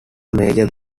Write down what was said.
major